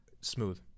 smooth